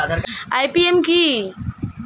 IPM কি?